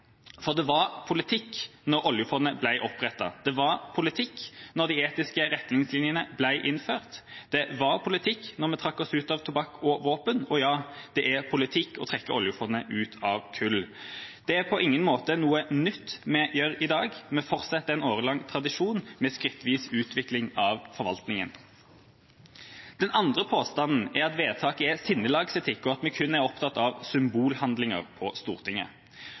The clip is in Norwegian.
Det var politikk da oljefondet ble opprettet. Det var politikk da de etiske retningslinjene ble innført. Det var politikk da vi trakk oss ut av tobakk og våpen. Og ja: Det er politikk å trekke oljefondet ut av kull. Det er på ingen måte noe nytt vi gjør i dag; vi fortsetter en årelang tradisjon med skrittvis utvikling av forvaltninga. Den andre påstanden er at vedtaket er sinnelagsetikk, og at vi kun er opptatt av symbolhandlinger på Stortinget.